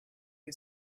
who